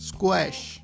Squash